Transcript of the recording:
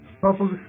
Public